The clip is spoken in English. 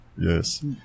yes